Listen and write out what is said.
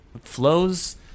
flows